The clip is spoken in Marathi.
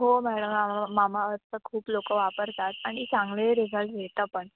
हो मॅडम आमा मामाअर्थचं खूप लोकं वापरतात आणि चांगले रिझल्ट येतं पण